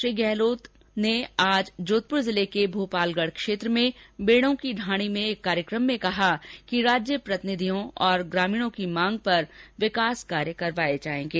श्री गहलोत ने आज जोधपूर जिले के भोपालगढ क्षेत्र में बेडों की ढाणी में एक कार्यक्रम में कहा कि राज्य जनप्रतिनिधियों और ग्रामीणों की मांग के विकास कार्य करवायेंगे